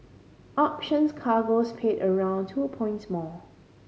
options cargoes paid around two points more